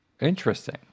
Interesting